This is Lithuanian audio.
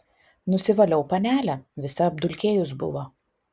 nusivaliau panelę visa apdulkėjus buvo